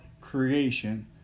creation